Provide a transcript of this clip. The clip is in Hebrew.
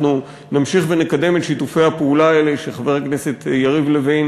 אנחנו נמשיך ונקדם את שיתופי הפעולה האלה שחבר הכנסת יריב לוין